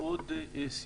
עוד בכנסת הקודמת.